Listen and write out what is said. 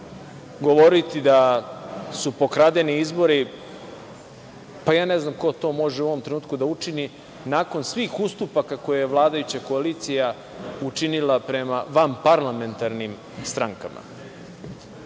govoriti da su pokradeni izbori, pa ja ne znam ko to može u ovom trenutku da učini nakon svih ustupaka koje je vladajuća koalicija učinila prema vanparlamentarnim strankama. Dakle,